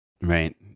right